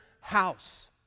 house